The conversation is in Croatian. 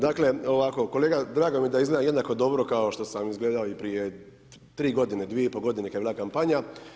Dakle, ovako, kolega drago mi je da izgledam jednako dobro kao što sam izgledao i prije 3 godine, 2,5 godine kada je bila kampanja.